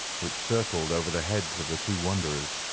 which circled over the heads of the two wanderers,